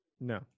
no